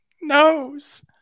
knows